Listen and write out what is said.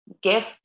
gift